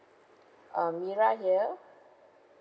um mira here